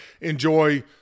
enjoy